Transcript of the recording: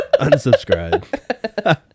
Unsubscribe